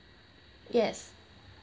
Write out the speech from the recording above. yes